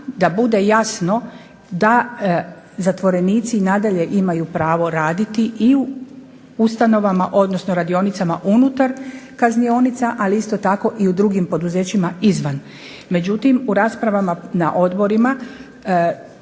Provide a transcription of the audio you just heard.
da bude jasno da zatvorenici i nadalje imaju pravo raditi i u ustanovama, odnosno radionicama unutar kaznionica, ali isto tako i u drugim poduzećima izvan. Međutim, u raspravama na odborima